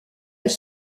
elle